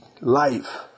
life